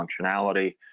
functionality